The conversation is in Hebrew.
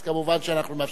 אז כמובן שאנחנו מאפשרים.